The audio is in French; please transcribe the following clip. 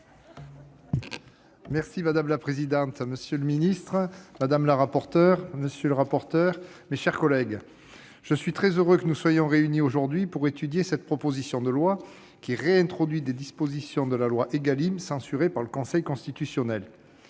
Buis. Madame la présidente, monsieur le ministre, madame la rapporteure, monsieur le rapporteur, mes chers collègues, je suis très heureux que nous soyons réunis aujourd'hui pour étudier cette proposition de loi, qui réintroduit des dispositions de la loi Égalim censurées par le Conseil constitutionnel.